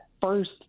first